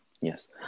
Yes